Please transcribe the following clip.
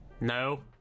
No